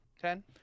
Ten